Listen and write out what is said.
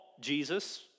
Jesus